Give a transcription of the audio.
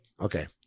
Okay